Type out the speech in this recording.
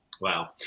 Wow